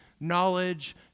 knowledge